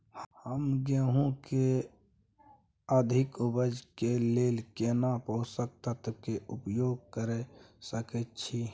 हम गेहूं के अधिक उपज के लेल केना पोषक तत्व के उपयोग करय सकेत छी?